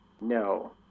No